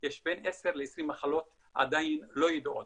יש בין עשר ל-20 מחלות שעדיין לא ידועות.